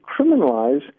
criminalize